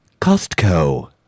Costco